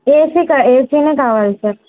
ఏసీకా ఏసీనే కావాలి సార్